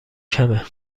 کمه